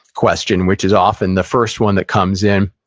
question, which is often the first one that comes in,